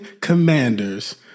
commanders